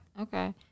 Okay